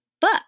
book